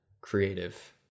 creative